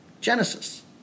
genesis